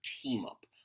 team-up